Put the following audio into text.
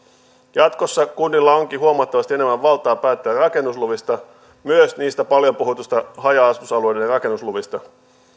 jatkossa kunnilla onkin huomattavasti enemmän valtaa päättää rakennusluvista myös niistä paljon puhutuista haja asutusalueiden rakennusluvista